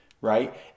right